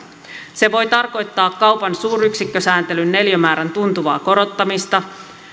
se voi tarkoittaa kaupan suuryksikkösääntelyn neliömäärän tuntuvaa korottamista